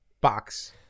box